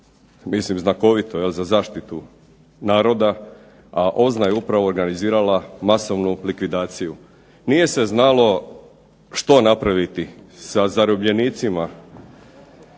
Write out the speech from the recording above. mislim znakovito za zaštitu naroda, a OZNA je upravo organizirala masovnu likvidaciju. Nije se znalo što napraviti sa zarobljenicima